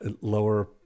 lower